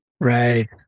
Right